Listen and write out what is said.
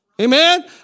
Amen